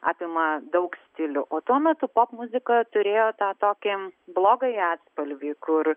apima daug stilių o tuo metu popmuzika turėjo tą tokį blogąjį atspalvį kur